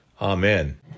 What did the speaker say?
Amen